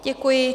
Děkuji.